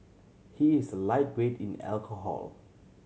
he is a lightweight in alcohol